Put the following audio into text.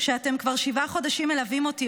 שאתם כבר שבעה חודשים מלווים אותי,